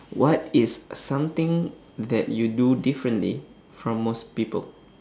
what is something that you do differently from most people